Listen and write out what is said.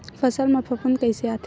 फसल मा फफूंद कइसे आथे?